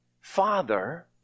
Father